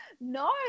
No